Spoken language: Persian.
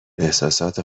احسسات